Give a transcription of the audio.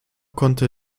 konnte